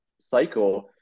cycle